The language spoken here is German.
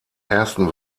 ersten